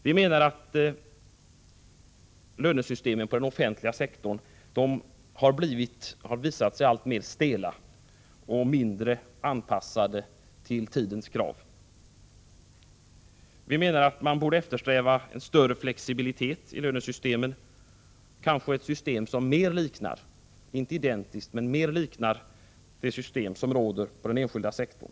Vi menar att lönesystemen på den offentliga sektorn har visat sig bli allt mer stela och mindre anpassade till tidens krav. Vi menar att man borde eftersträva större flexibilitet i lönesystemen — kanske ett system som liknar men som inte är identiskt med det system som råder inom den enskilda sektorn.